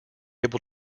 able